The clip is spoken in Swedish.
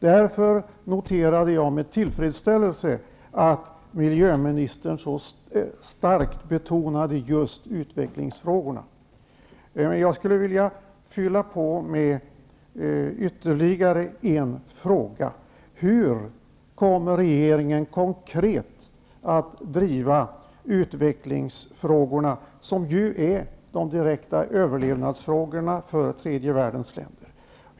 Därför noterar jag med tillfredsställelse att miljöministern så starkt betonar just utvecklingsfrågorna. Jag vill ställa ytterligare ett par frågor. Hur kommer regeringen konkret att driva utvecklingsfrågorna, vilka ju utgör de direkta överlevnadsfrågorna för tredje världens länder?